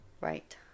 Right